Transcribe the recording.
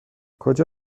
کجا